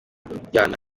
kuryana